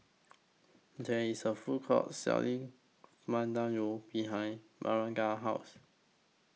There IS A Food Court Selling behind Magdalena's House